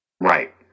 Right